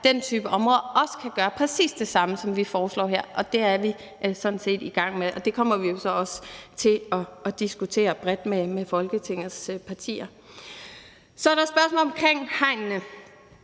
den type områder, kan gøre præcis det samme, som vi foreslår her, og det er vi sådan set i gang med, og det kommer vi jo så også til at diskutere bredt med Folketingets partier. Så er der spørgsmålet om hegnene.